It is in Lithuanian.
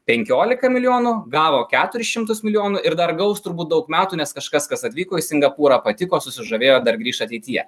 penkiolika milijonų gavo keturis šimtus milijonų ir dar gaus turbūt daug metų nes kažkas kas atvyko į singapūrą patiko susižavėjo dar grįš ateityje